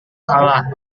salah